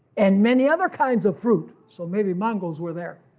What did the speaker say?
and many other kinds of fruit. so maybe mangos were there.